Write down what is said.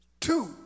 two